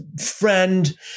friend